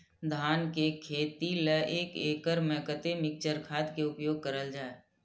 धान के खेती लय एक एकड़ में कते मिक्चर खाद के उपयोग करल जाय?